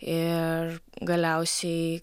ir galiausiai